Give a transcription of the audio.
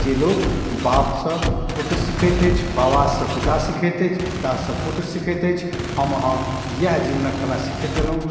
जे लोक बापसँ पुत्र सिखैत अछि बाबासँ पिता सिखैत अछि पितासँ पुत्र सिखैत अछि हम अहाँ इएह जीवनके कला सिखैत अएलहुँ